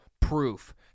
proof